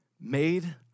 made